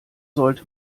sollte